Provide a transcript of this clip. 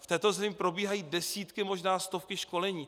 V této zemi probíhají desítky, možná stovky školení.